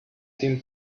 tim